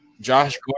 Josh